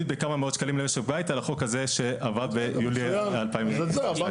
בכמה מאות שקלים למשק בית על החוק הזה שעבר ביולי 2022. מצוין.